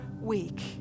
week